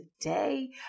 today